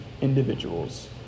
individuals